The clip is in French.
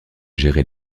gérer